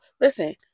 Listen